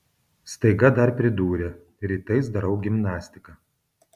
staiga dar pridūrė rytais darau gimnastiką